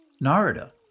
Narada